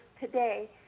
today